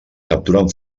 capturen